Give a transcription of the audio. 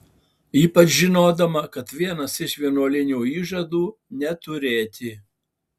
ypač žinodama kad vienas iš vienuolinių įžadų neturėti